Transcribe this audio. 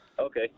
Okay